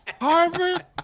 Harvard